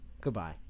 Goodbye